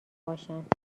باشند